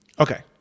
Okay